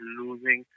losing